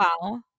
Wow